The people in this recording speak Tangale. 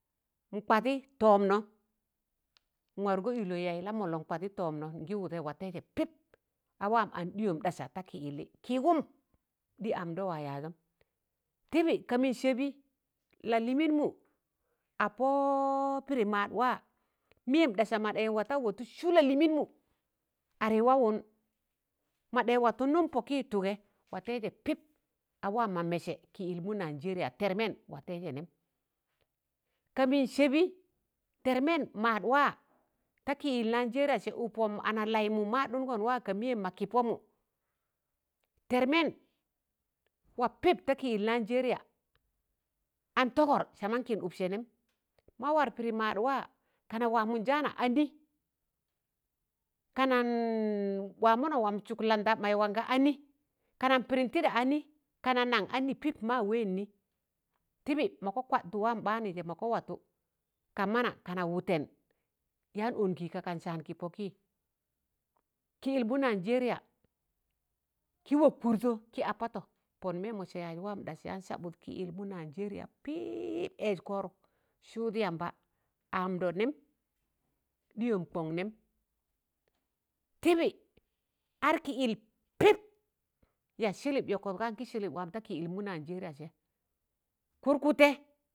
n'kwadị tọọmnọ nwargọ ịllọ yaị lamọllọ n'kwadị tọọmnọ watẹịzẹ pịp a waan an ɗịyọm ɗasa ta kị yịllị. kịịgụm, ɗị aamdọ wa yaazọm, tịbị ka mịn sẹbị La lịwịnmụ a pọ pịdị maadwa mịyẹm ɗasa madaị wataụ watụ sụ lalịwịnmụ wawụn madaị watụ nụm pọkị tụgẹ, wa tẹịzẹ pịp a waam mẹsẹ kịyịlmụ Naịjẹrịya. Tẹrmẹn, watẹịzẹ nẹm, ka mịn sẹbị tẹrmẹn maad wa ta kịyịl Naịjẹrịya sẹ ụpọm analaịmụ maadụngọn wa ka mịyẹm mọ kị pọmụ, tẹrmẹn wa pịp ta kịyịl Naịjẹrịya an tọgọr sama kịn ụksẹ nẹm. Ma war pịdị maad waa kanan waamụn jaana a nị, ka nan waamọnọn, waamọ nsụk landa mai landa a nị kanan pịdịn tịɗa a nị. kana naṇ a nị wa pịp ma wẹẹn ni̱, tịbị maga kwa'tụ waam ḅaanụị jẹ maga watụ ka mana kana wụtẹn yaan ọngị ka kan saan kị pọkị kị yịlmụ Naịjẹrịya kị wọk kụrtọ kị a patọ, pọn mẹẹmọ sẹ yaaz waam ɗas yaan sabụt kịyịlmụ Naịjẹriya pịịp ẹẹz kọrọk, sụụd yamba, aamdọ nẹm, ɗịyọm kọṇ nẹm, tịbị ar kịyịl pịịp ya sịlịp, yọkọt ga ngị sịlịp waam da kịịyịl mụ Naịjẹrịya jẹ kụrgụtẹ,